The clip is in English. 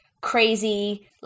crazy